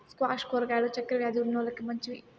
squash కూరగాయలు చక్కర వ్యాది ఉన్నోలకి మంచివి